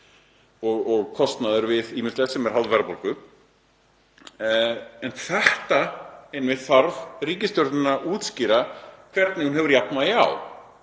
og kostnaður við ýmislegt sem er háð verðbólgu. En þetta þarf ríkisstjórnin að útskýra, hvernig hún hefur jafnvægi á